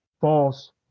false